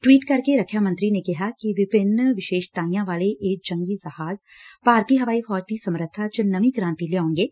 tweet ਕਰਕੇ ਰੱਖਿਆ ਮੰਤਰੀ ਨੇ ਕਿਹਾ ਕਿ ਵਿਭਿੰਨ ਵਿਸ਼ੇਸ਼ਤਾਈਆ ਵਾਲੇ ਇਹ ਜੰਗੀ ਜਹਾਜ਼ ਭਾਰਤੀ ਹਵਾਈ ਫੌਜ ਦੀ ਸਮੱਰਬਾ ਚ ਨਵੀ ਕ੍ਾਤੀ ਲਿਆਉਣਗੇ